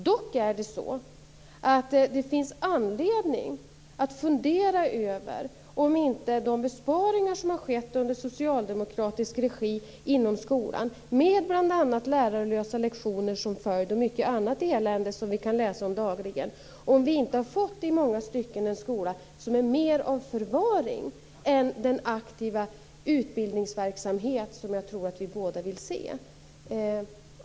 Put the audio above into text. Dock finns det anledning att fundera över om vi inte med de besparingar som har skett i socialdemokratisk regi inom skolan, med bl.a. lärarlösa lektioner och mycket annat elände som vi dagligen kan läsa om som följd, i många stycken har fått en skola som mera är förvaring och inte den aktiva utbildningsverksamhet som jag tror att vi båda vill se.